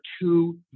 two